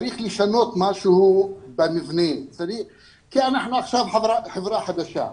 צריך לשנות משהו במבנים כי אנחנו עכשיו חברה חדשה.